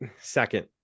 second